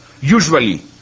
usually